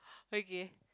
okay